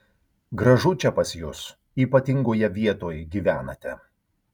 gražu čia pas jus ypatingoje vietoj gyvenate